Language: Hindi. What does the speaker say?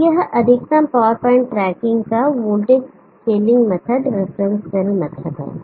तो यह अधिकतम पावर पॉइंट ट्रैकिंग का voltage scaling method reference cell method है